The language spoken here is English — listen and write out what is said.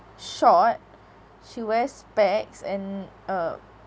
short she wear specs and um